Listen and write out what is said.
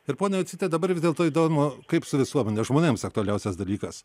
ir pone jocyte dabar vis dėlto įdomu kaip su visuomene žmonėms aktualiausias dalykas